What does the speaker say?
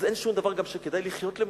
אז אין גם שום דבר שכדאי לחיות למענו.